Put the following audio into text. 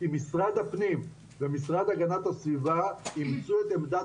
כי משרד הפנים ומשרד הגנת הסביבה אימצו את עמדת